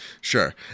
Sure